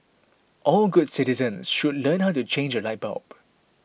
all good citizens should learn how to change a light bulb